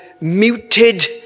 muted